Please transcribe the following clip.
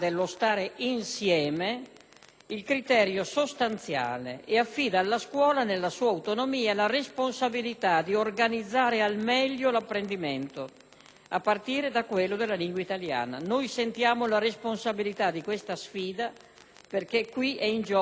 il criterio sostanziale e affida alla scuola, nella sua autonomia, la responsabilità di organizzare al meglio l'apprendimento, a partire da quello della lingua italiana. Sentiamo la responsabilità di questa sfida, perché qui è in gioco il futuro dell'Italia.